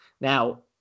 Now